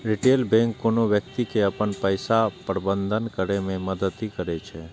retail bank कोनो व्यक्ति के अपन पैसाक प्रबंधन करै मे मदति करै छै